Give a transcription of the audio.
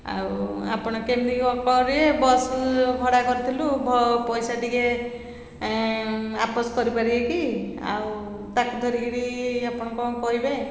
ଆଉ ଆପଣ କେମିତି କ'ଣ କରିବେ ବସ୍ ଯେଉଁ ଭଡ଼ା କରିଥିଲୁ ପଇସା ଟିକେ ଆପସ କରିପାରିବେ କି ଆଉ ତାକୁ ଧରିକିରି ଆପଣ କ'ଣ କହିବେ